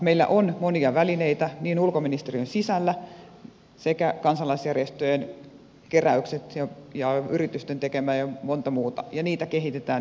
meillä on monia välineitä niin ulkoministeriön sisällä kuin kansalaisjärjestöjen keräykset yritysten tekemät ja monta muuta ja niitä kehitetään yhä edelleen